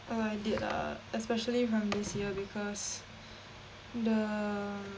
oh I did lah especially from this year because the